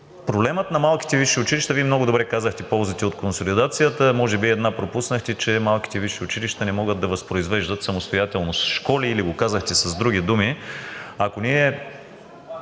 Проблемът на малките висши училища – Вие много добре казахте, ползите от консолидацията са, може би една пропуснахте, че малките висши училища не могат да възпроизвеждат самостоятелно школи, или го казахте с други думи.